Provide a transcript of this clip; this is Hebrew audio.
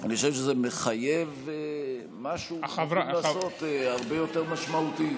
אני חושב שזה מחייב משהו שצריך לעשות הרבה יותר משמעותי.